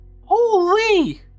Holy